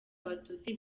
abatutsi